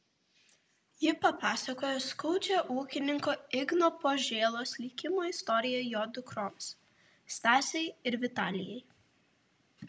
ji papasakojo skaudžią ūkininko igno požėlos likimo istoriją jo dukroms stasei ir vitalijai